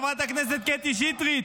חברת הכנסת קטי שטרית,